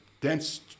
dense